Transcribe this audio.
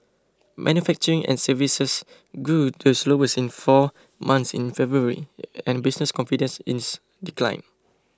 manufacturing and services grew the slowest in four months in February and business confidence ins declined